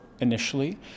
initially